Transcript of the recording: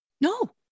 no